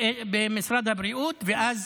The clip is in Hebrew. במשרד הבריאות ואז